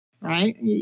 right